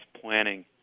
planning